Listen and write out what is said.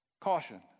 Caution